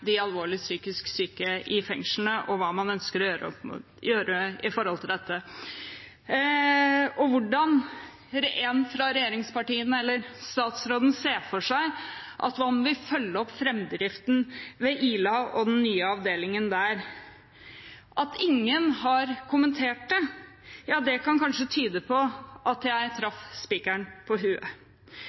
de alvorlig psykisk syke i fengslene, og hva man ønsker å gjøre med dette – hvordan en fra regjeringspartienes eller statsrådens side ser for seg at man vil følge opp framdriften ved Ila og den nye avdelingen der. At ingen har kommentert det, kan kanskje tyde på at jeg traff spikeren på